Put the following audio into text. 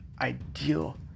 ideal